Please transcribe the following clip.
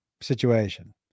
situation